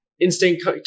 instinct